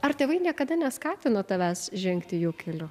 ar tėvai niekada neskatino tavęs žengti jų keliu